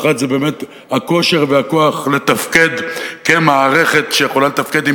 האחת זה באמת הכושר והכוח לתפקד כמערכת שיכולה לתפקד עם